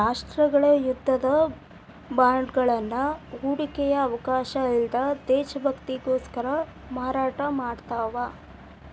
ರಾಷ್ಟ್ರಗಳ ಯುದ್ಧದ ಬಾಂಡ್ಗಳನ್ನ ಹೂಡಿಕೆಯ ಅವಕಾಶ ಅಲ್ಲ್ದ ದೇಶಭಕ್ತಿ ತೋರ್ಸಕ ಮಾರಾಟ ಮಾಡ್ತಾವ